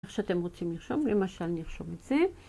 איך שאתם רוצים לרשום, זה מה שאני ארשום את זה.